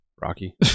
Rocky